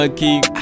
keep